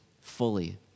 fully